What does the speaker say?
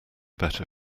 better